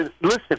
listen